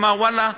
אמר: ואללה,